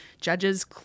judges